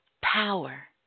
power